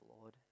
Lord